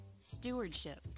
Stewardship